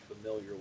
familiar